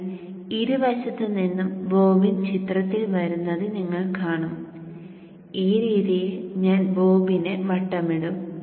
നിങ്ങൾ ഇരുവശത്തുനിന്നും ബോബിൻ ചിത്രത്തിൽ വരുന്നത് നിങ്ങൾ കാണും ഈ രീതിയിൽ ഞാൻ ബോബിനെ വട്ടമിടും